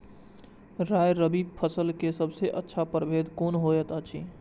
राय रबि फसल के सबसे अच्छा परभेद कोन होयत अछि?